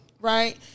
right